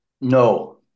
no